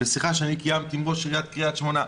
בשיחה שקיימתי עם ראש עיריית קריית שמונה,